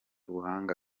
ubuhanga